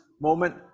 moment